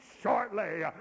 shortly